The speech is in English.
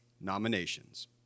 nominations